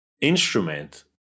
instrument